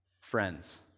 Friends